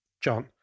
John